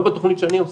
לא בתוכנית שאני עושה.